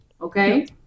Okay